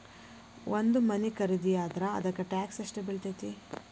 ಒಂದ್ ಮನಿ ಖರಿದಿಯಾದ್ರ ಅದಕ್ಕ ಟ್ಯಾಕ್ಸ್ ಯೆಷ್ಟ್ ಬಿಳ್ತೆತಿ?